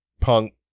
punk